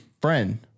friend